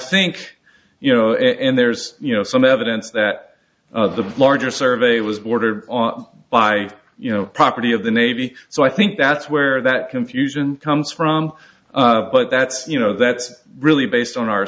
think you know and there's you know some evidence that the larger survey was bordered on by you know property of the navy so i think that's where that confusion comes from but that's you know that's really based on our